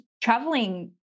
traveling